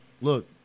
look